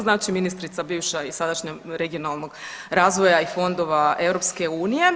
Znači ministrica bivša i sadašnja regionalnog razvoja i fondova EU.